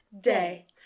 day